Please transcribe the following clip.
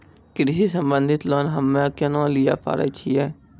कृषि संबंधित लोन हम्मय केना लिये पारे छियै?